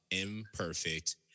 imperfect